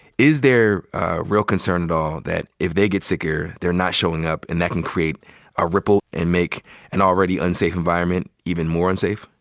is there a real concern at all that if they get sicker, they're not showing up. and that can create a ripple and make an and already unsafe environment even more unsafe?